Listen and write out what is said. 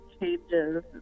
changes